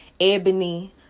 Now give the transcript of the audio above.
Ebony